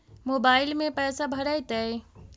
Mobile में पैसा भरैतैय?